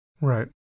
Right